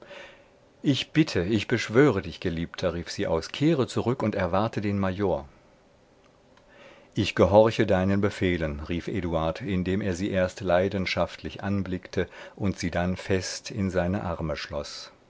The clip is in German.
ich bitte ich beschwöre dich geliebter rief sie aus kehre zurück und erwarte den major ich gehorche deinen befehlen rief eduard indem er sie erst leidenschaftlich anblickte und sie dann fest in seine arme schloß